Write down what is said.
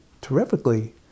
terrifically